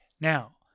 Now